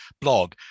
blog